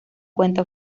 cuenta